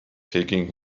taking